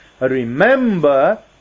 Remember